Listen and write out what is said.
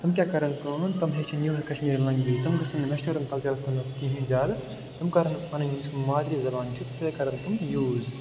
تِم کیٛاہ کَرن کٲم تِم ہیٚچھَن یِہوٚے کشمیٖری لنٛگویج تِم گَژھَن نہٕ وٮ۪سٹٲرٕن کَلچَرَس کُنتھ کِہیٖنۍ زیادٕ تِم کَرن پنٕنۍ یُس مادری زبان چھِ سۄے کَرن تِم یوٗز